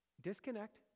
disconnect